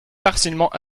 partiellement